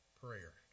prayer